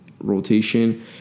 rotation